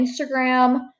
Instagram